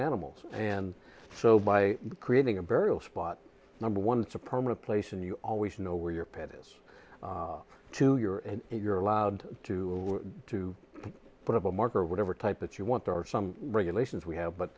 animals and so by creating a burial spot number one it's a permanent place and you always know where your pet is to your and if you're allowed to to put up a marker or whatever type that you want there are some regulations we have